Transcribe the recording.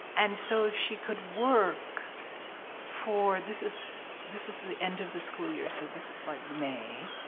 and so she could work for this is this is the end of the school year, so this is like may.